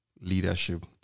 leadership